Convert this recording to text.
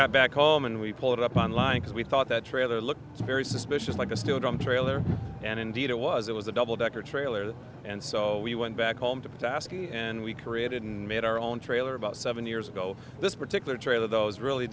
got back home and we pulled up on line because we thought that trailer looked very suspicious like a steel drum trailer and indeed it was it was a double decker trailer and so we went back home to task and we created and made our own trailer about seven years ago this particular trailer those really